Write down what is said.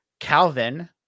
calvin